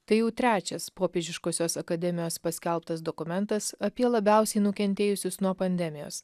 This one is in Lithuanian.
tai jau trečias popiežiškosios akademijos paskelbtas dokumentas apie labiausiai nukentėjusius nuo pandemijos